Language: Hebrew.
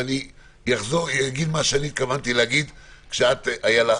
אז אני אגיד את מה שהתכוונתי להגיד כשאיילה,